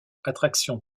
attraction